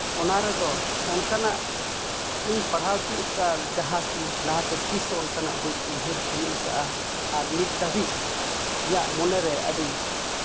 ᱚᱱᱟ ᱨᱮᱫᱚ ᱚᱱᱠᱟᱱᱟᱜ ᱤᱧ ᱯᱟᱲᱦᱟᱣ ᱛᱤᱭᱳᱜ ᱠᱟᱜ ᱡᱟᱦᱟᱸ ᱠᱤ ᱞᱟᱦᱟᱛᱮ ᱛᱤᱥᱦᱚᱸ ᱚᱱᱠᱟᱱᱟᱜ ᱵᱟᱹᱧ ᱩᱭᱦᱟᱹᱨ ᱛᱤᱭᱳᱜ ᱠᱟᱜᱼᱟ ᱟᱨ ᱱᱤᱛ ᱫᱷᱟᱹᱵᱤᱡ ᱤᱧᱟᱹᱜ ᱢᱚᱱᱮᱨᱮ ᱟᱹᱰᱤ